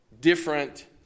Different